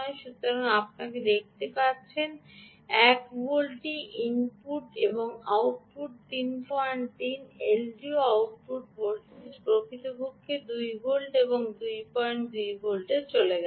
সুতরাং আপনি দেখতে পাচ্ছেন যে 1 ভোল্টটি ইনপুট এবং আউটপুট 33 এবং এলডিও আউটপুট প্রকৃতপক্ষে 2 ভোল্ট 22 ভোল্টে চলে গেছে